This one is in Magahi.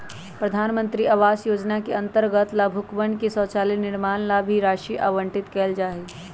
प्रधान मंत्री आवास योजना के अंतर्गत लाभुकवन के शौचालय निर्माण ला भी राशि आवंटित कइल जाहई